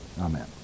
Amen